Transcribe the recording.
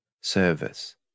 service